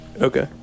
Okay